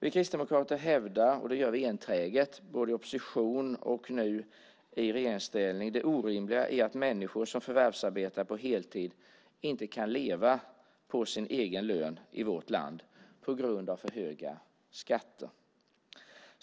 Vi kristdemokrater hävdar, enträget både i opposition och nu i regeringsställning, det orimliga i att människor som förvärvsarbetar på heltid inte kan leva på sin egen lön i vårt land på grund av för höga skatter.